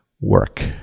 work